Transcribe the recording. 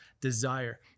desire